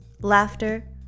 laughter